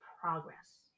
progress